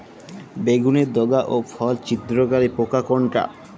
বেগুনের ডগা ও ফল ছিদ্রকারী পোকা কোনটা?